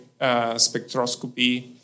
spectroscopy